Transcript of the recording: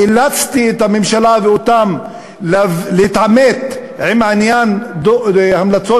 אילצתי את הממשלה ואותם להתעמת עם עניין המלצות